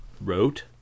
wrote